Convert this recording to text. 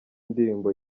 ndirimbo